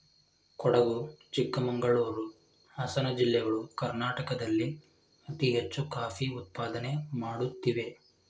ಕೊಡಗು ಚಿಕ್ಕಮಂಗಳೂರು, ಹಾಸನ ಜಿಲ್ಲೆಗಳು ಕರ್ನಾಟಕದಲ್ಲಿ ಅತಿ ಹೆಚ್ಚು ಕಾಫಿ ಉತ್ಪಾದನೆ ಮಾಡುತ್ತಿವೆ